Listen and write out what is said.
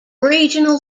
regional